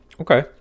Okay